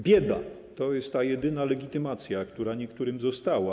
Bieda to jest ta jedyna legitymacja, która niektórym została.